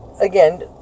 again